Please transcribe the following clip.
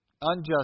unjust